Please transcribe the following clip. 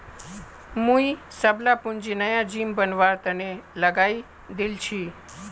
मुई सबला पूंजी नया जिम बनवार तने लगइ दील छि